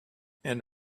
and